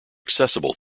accessible